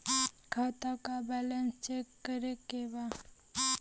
खाता का balance check करे के बा?